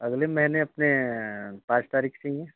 अगले महीने अपने पाँच तारीख से ही हैं